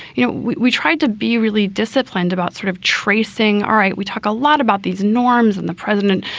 you know, we we tried to be really disciplined about sort of tracing. all right. we talk a lot about these norms and the president,